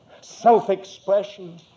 self-expression